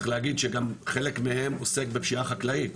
צריך להגיד שגם חלק מהם עוסק בפשיעה חקלאית,